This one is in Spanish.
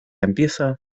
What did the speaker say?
empieza